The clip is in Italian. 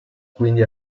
quindi